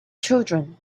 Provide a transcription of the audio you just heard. children